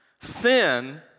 Sin